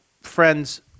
friend's